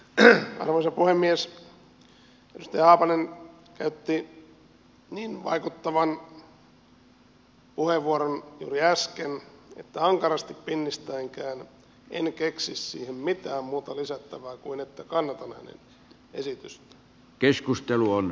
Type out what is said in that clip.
edustaja haapanen käytti juuri äsken niin vaikuttavan puheenvuoron että ankarasti pinnistäenkään en keksi siihen mitään muuta lisättävää kuin että kannatan hänen esitystään